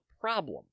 problem